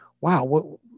wow